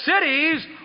cities